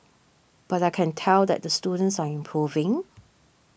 but I can tell that the students are improving